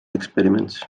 experiments